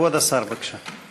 כבוד השר, בבקשה.